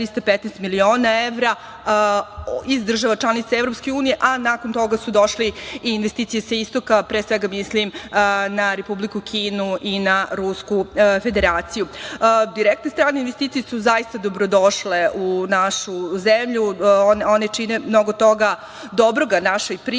315 miliona evra iz država članica EU, a nakon toga su došle i investicije sa istoka, pre svega mislim na Republiku Kinu i na Rusku Federaciju. Direktne strane investicije su zaista dobrodošle u našu zemlju. One čine mnogo toga dobroga našoj privredi.